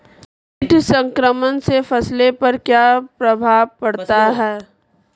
कीट संक्रमण से फसलों पर क्या प्रभाव पड़ता है?